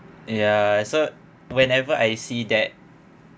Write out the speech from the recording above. ya so whenever I see that